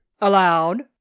Aloud